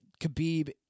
Khabib